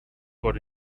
got